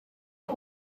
are